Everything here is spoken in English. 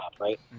right